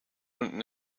unten